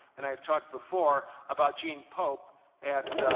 and i talked before about jean pope at